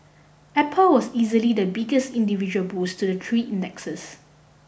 apple was easily the biggest individual boost to the three indexes